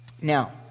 Now